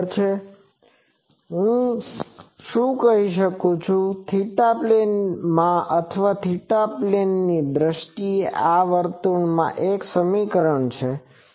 શું હું કહી શકું કે થીટા પ્લેનમાં અથવા થીટાની દ્રષ્ટિએ આ વર્તુળનું એક સમીકરણ છે